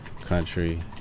country